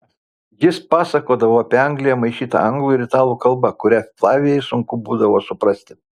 jis pasakodavo apie angliją maišyta anglų ir italų kalba kurią flavijai sunku būdavo suprasti